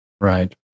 right